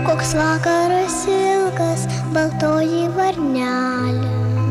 koks vakaras ilgas baltoji varnele